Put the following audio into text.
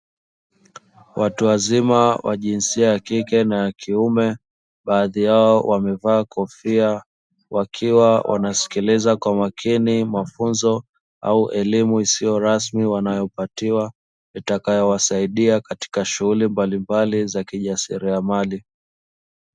Watu wazima wa jinsia ya kike na ya kiume, baadhi yao wamevaa kofia wakiwa wanasikiliza kwa makini mafunzo au elimu isiyo rasmi wanayopatiwa, itakayowasaidia katika shughuli mbalimbali za kijasiriamali.